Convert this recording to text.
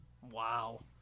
Wow